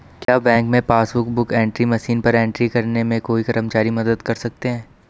क्या बैंक में passbook book entry machine पर एंट्री करने में कोई कर्मचारी मदद कर सकते हैं?